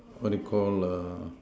what you Call err